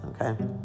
Okay